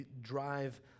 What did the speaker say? drive